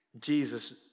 Jesus